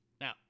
Now